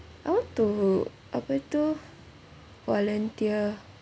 I want to apa tu volunteer